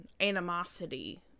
animosity